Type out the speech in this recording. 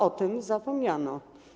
O tym zapomniano.